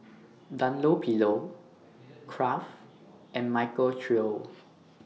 Dunlopillo Kraft and Michael Trio